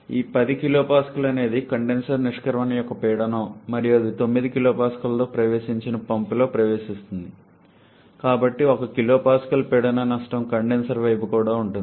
ఈ 10 kPa అనేది condenser నిష్క్రమణ యొక్క పీడనం మరియు అది 9 kPaతో ప్రవేశించిన పంపులోకి ప్రవేశిస్తుంది కాబట్టి 1 kPa పీడన నష్టం కండెన్సర్ వైపు కూడా ఉంటుంది